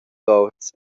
sorts